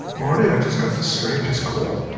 marty, i just got the strangest call.